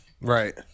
Right